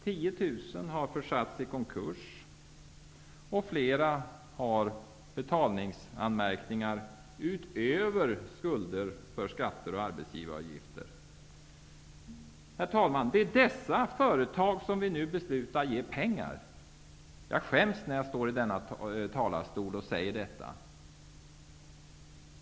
Många har försatts i konkurs och flera har betalningsanmärkningar utöver skulder för skatter och arbetsgivaravgifter. Herr talman! Det är till dessa företag som vi nu beslutar att ge pengar. Jag skäms när jag står i denna talarstol och säger detta.